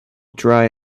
dry